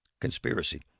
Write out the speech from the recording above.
Conspiracy